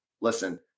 Listen